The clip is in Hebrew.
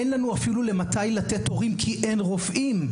אין לנו תורים לתת כי אין רופאים.